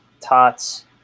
tots